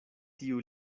tiu